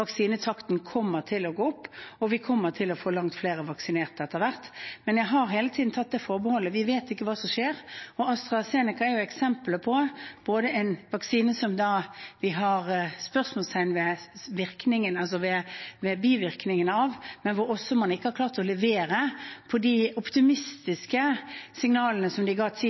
kommer til å gå opp, og vi kommer til å få langt flere vaksinerte etter hvert. Men jeg har hele tiden tatt forbehold om at vi vet ikke hva som skjer. AstraZeneca er eksempel på en vaksine som vi setter spørsmålstegn ved bivirkningene av, og hvor man heller ikke har klart å levere på de optimistiske signalene som de ga